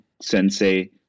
sensei